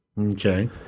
okay